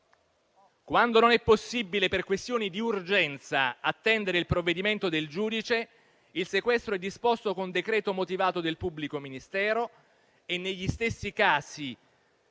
Quando non è possibile, per questioni di urgenza, attendere il provvedimento del giudice, il sequestro è disposto con decreto motivato del pubblico ministero e negli stessi casi,